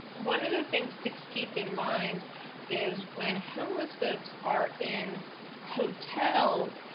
one of the things to keep in mind is when homeless folks are in hotels.